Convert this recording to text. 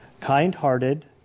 kind-hearted